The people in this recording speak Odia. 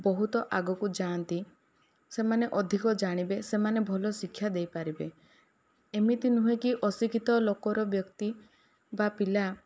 ବହୁତ ଆଗକୁ ଯାଆନ୍ତି ସେମାନେ ଅଧିକ ଜାଣିବେ ସେମାନେ ଭଲ ଶିକ୍ଷା ଦେଇପାରିବେ ଏମିତି ନୁହଁକି ଅଶିକ୍ଷିତ ଲୋକର ବ୍ୟକ୍ତି ବା ପିଲା